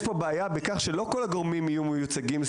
יש פה בעיה בכך שלא כל הגורמים יהיו מיוצגים,